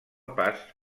pas